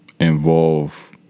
involve